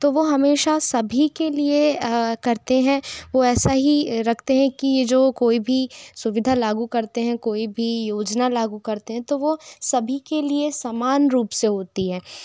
तो वो हमेशा सभी के लिए करते है वो ऐसा ही रखते है कि जो कोई भी सुविधा लागू करते है कोई भी योजना लागू करते है तो वो सभी के लिए समान रूप से होती है